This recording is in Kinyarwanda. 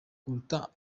kuruta